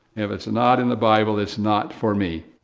if it's not in the bible, it's not for me.